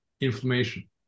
inflammation